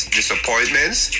disappointments